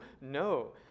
no